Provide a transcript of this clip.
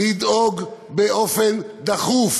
לדאוג באופן דחוף